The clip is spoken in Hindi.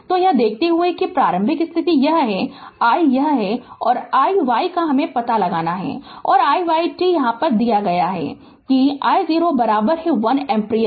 तो यह देखते हुए कि प्रारंभिक स्थिति यह है i और यह है i y को पता लगाना है और i y t दिया है कि I0 1 एम्पीयर